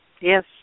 Yes